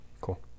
cool